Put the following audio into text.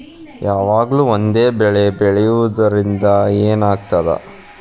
ಯಾವಾಗ್ಲೂ ಒಂದೇ ಬೆಳಿ ಬೆಳೆಯುವುದರಿಂದ ಏನ್ ಆಗ್ತದ?